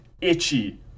itchy